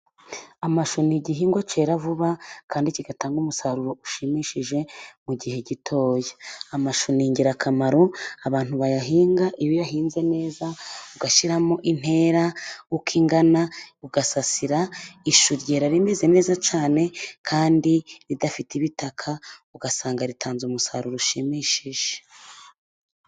Amashu ni igihingwa cyera vuba ,kandi kigatanga umusaruro ushimishije mu gihe gitoya. Amashu ni ingirakamaro ,abantu bayahinga iyo uyahinze neza ,ugashyiramo intera uko ingana ,ugasasira, ishu ryera rimeze neza cyane, kandi ridafite ibitaka ugasanga ritanze umusaruro ushimishije.